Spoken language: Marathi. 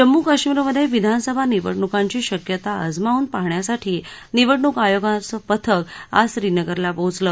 जम्मू कश्मीरमधे विधानसभा निवडणुकांची शक्यता अजमावून पाहण्यासाठी निवडणूक आयोगाचं पथक आज श्रीनगरला पोहोचलं